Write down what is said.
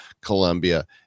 Colombia